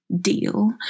deal